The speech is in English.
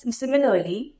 similarly